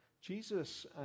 Jesus